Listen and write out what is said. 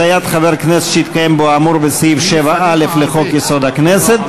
(השעיית חבר כנסת שהתקיים בו האמור בסעיף 7א לחוק-יסוד: הכנסת),